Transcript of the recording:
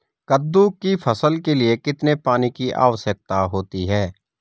कद्दू की फसल के लिए कितने पानी की आवश्यकता होती है?